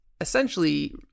essentially